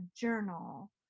journal